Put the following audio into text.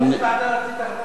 ועדת,